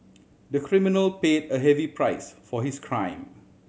the criminal paid a heavy price for his crime